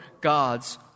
God's